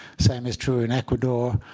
same is true in ecuador.